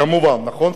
כמובן, נכון?